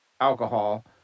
alcohol